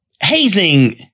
Hazing